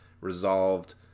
resolved